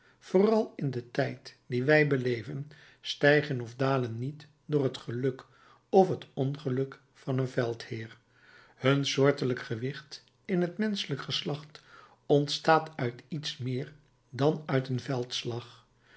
vooral in den tijd dien wij beleven stijgen of dalen niet door het geluk of het ongeluk van een veldheer hun soortelijk gewicht in t menschelijk geslacht ontstaat uit iets meer dan uit een veldslag